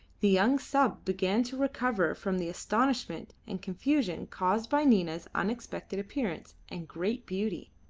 the young sub began to recover from the astonishment and confusion caused by nina's unexpected appearance and great beauty.